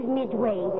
midway